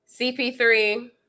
CP3